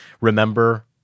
remember